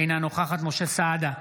אינה נוכחת משה סעדה,